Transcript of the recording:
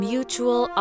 Mutual